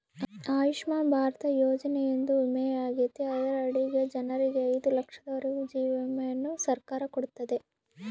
ಆಯುಷ್ಮನ್ ಭಾರತ ಯೋಜನೆಯೊಂದು ವಿಮೆಯಾಗೆತೆ ಅದರ ಅಡಿಗ ಜನರಿಗೆ ಐದು ಲಕ್ಷದವರೆಗೂ ಜೀವ ವಿಮೆಯನ್ನ ಸರ್ಕಾರ ಕೊಡುತ್ತತೆ